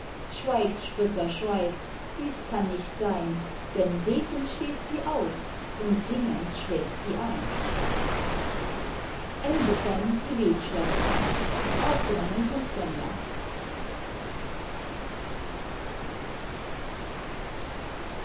schweigt spötter schweigt dies kann nicht sein denn betend steht sie auf und singend schläft sie ein